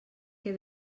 què